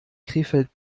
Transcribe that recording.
krefeld